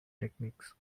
techniques